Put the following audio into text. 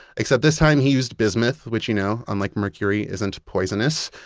except this time he used bismuth, which, you know unlike mercury, isn't poisonous.